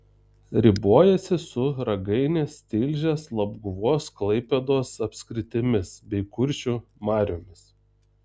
ribojosi su ragainės tilžės labguvos klaipėdos apskritimis bei kuršių mariomis